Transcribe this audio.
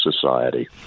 society